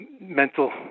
mental